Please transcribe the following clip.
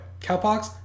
cowpox